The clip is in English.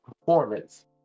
performance